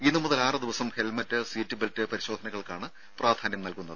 ഇന്നു മുതൽ ആറു ദിവസം ഹെൽമെറ്റ് സീറ്റ് ബെൽറ്റ് പരിശോധനകൾക്കാണ് പ്രാധാന്യം നൽകുന്നത്